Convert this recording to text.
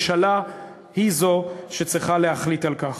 הממשלה היא זו שצריכה להחליט על כך.